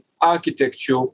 architecture